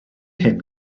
hyn